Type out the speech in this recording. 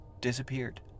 disappeared